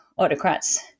autocrats